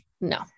no